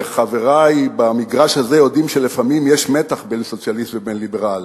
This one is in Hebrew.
וחברי במגרש הזה יודעים שלפעמים יש מתח בין סוציאליסט לבין ליברל,